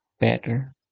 better